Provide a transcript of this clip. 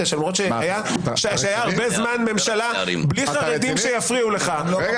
שלמרות שהיה הרבה זמן ממשלה בלי חרדים שיפריעו לך -- אתה רציני?